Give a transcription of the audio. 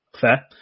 Fair